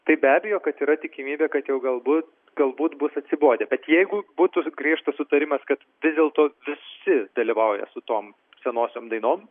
tai be abejo kad yra tikimybė kad jau galbūt galbūt bus atsibodę bet jeigu būtų griežtas sutarimas kad vis dėlto visi dalyvauja su tom senosiom dainom